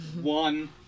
one